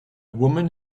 woman